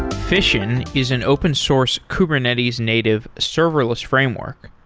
fission is an open-source kubernetes native serverless framework.